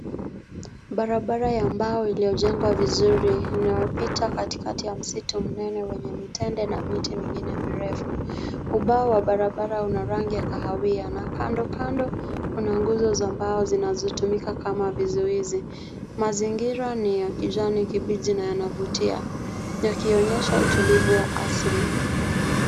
Barabara ya mbao iliyojengwa vizuri inayopita katikati ya misitu mnene wenye mitende na miti mengine mirefu. Ubao wa barabara una rangi ya kahawia na kandokando kuna nguzo za mbao zinazotumika kama vizuizi. Mazingira ni ya kijani kibichi na yanavutia yakionyesha utulivu wa asili.